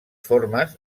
formes